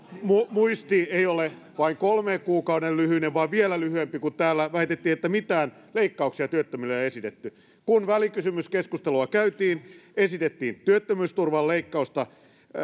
muisti ei ole vain kolmen kuukauden lyhyinen vaan vielä lyhyempi kun täällä väitettiin että mitään leikkauksia ei työttömille esitetty kun välikysymyskeskustelua käytiin esitettiin työttömyysturvan leikkausta